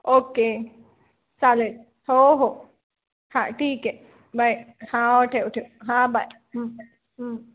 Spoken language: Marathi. ओक्के चालेल हो हो हां ठीक आहे बाय हां ठेव ठेव हां बाय